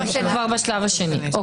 בשלב השני.